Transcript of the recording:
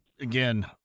Again